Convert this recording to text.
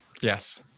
Yes